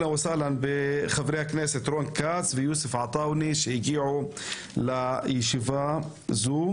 ברוכים הבאים חבר הכנסת רון כץ ויוסף עטאוונה שהגיעו לישיבה זו.